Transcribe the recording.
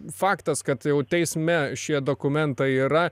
faktas kad jau teisme šie dokumentai yra